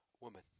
woman